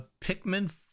pikmin